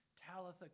Talitha